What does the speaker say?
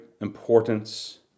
importance